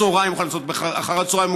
הם יכולים לעשות את זה לפני הצוהריים,